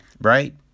right